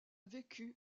vécu